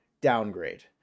downgrade